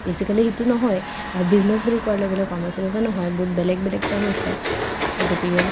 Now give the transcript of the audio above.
basically সেইটো নহয় আৰু বিজনেচ বুলি কোৱাৰ লগে লগে কমাৰ্চ এনেকুৱা নহয় বহুত বেলেগ বেলেগ টাৰ্ম আছে গতিকে